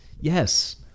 Yes